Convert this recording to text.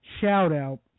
shout-out